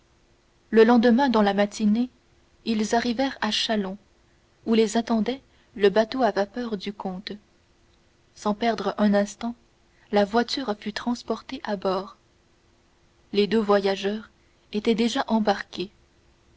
le lendemain dans la matinée ils arrivèrent à châlons où les attendait le bateau à vapeur du comte sans perdre un instant la voiture fut transportée à bord les deux voyageurs étaient déjà embarqués